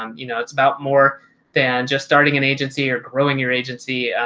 um you know, it's about more than just starting an agency or growing your agency.